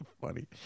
funny